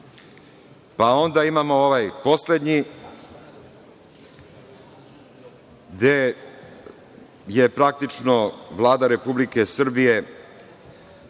Onda imamo ovaj poslednji, gde je praktično Vlada Republike Srbije